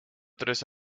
tres